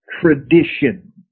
tradition